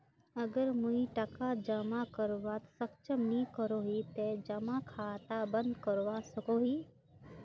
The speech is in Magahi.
अगर मुई टका जमा करवात सक्षम नी करोही ते जमा खाता बंद करवा सकोहो ही?